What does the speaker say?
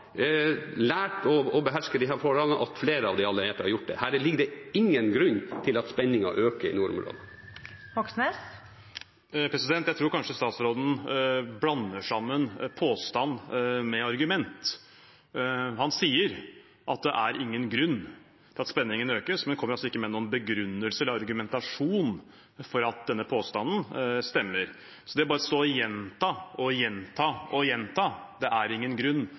lært å beherske disse forholdene. Heri ligger ingen grunn til at spenningen skulle øke i nordområdene. Det åpnes for oppfølgingsspørsmål – først Bjørnar Moxnes. Jeg tror kanskje statsråden blander sammen påstand og argument. Han sier at det er ingen grunn til at spenningen økes, men han kommer ikke med noen begrunnelse eller argumentasjon for at denne påstanden stemmer. Bare å stå og gjenta og gjenta og gjenta at det er ingen grunn,